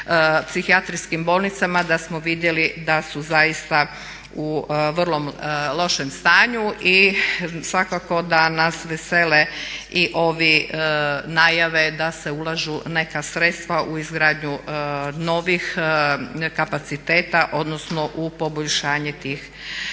psihijatrijskim bolnicama da smo vidjeli da su zaista u vrlo lošem stanju i svakako da nas vesele i ove najave da se ulažu neka sredstva u izgradnju novih kapaciteta odnosno u poboljšanje tih